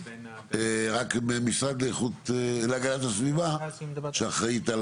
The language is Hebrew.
רק מהמשרד לאיכות הסביבה שאחראית,